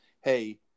Hey